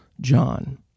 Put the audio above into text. John